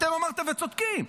אתם אמרתם, וצודקים.